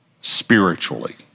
spiritually